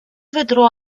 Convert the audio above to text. vedrò